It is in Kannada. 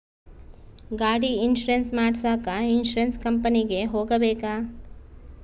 ಗಾಡಿ ಇನ್ಸುರೆನ್ಸ್ ಮಾಡಸಾಕ ಇನ್ಸುರೆನ್ಸ್ ಕಂಪನಿಗೆ ಹೋಗಬೇಕಾ?